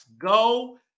Go